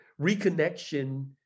reconnection